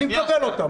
אני מקבל אותה.